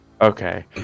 Okay